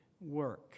work